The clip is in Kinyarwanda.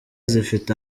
zifite